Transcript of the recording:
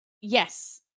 yes